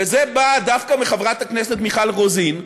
וזה בא דווקא מחברת הכנסת מיכל רוזין,